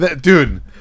Dude